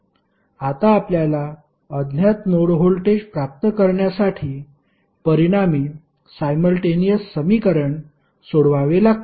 आता आपल्याला अज्ञात नोड व्होल्टेज प्राप्त करण्यासाठी परिणामी सायमल्टेनिअस समीकरण सोडवावे लागतील